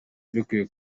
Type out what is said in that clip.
mbikuye